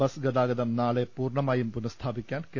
bus ഗതാഗതം നാളെ പൂർണ മായും പുനസ്ഥാപിക്കാൻ കെ